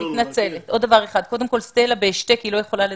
קודם כל סטלה בהשתק, היא לא יכולה לדבר.